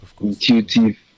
intuitive